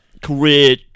career